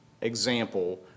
example